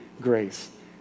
grace